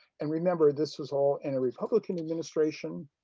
and remember this was all in a republican administration.